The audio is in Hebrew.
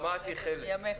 שמעתי חלק.